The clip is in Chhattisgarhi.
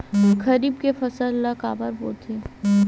खरीफ के फसल ला काबर बोथे?